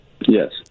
Yes